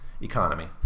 economy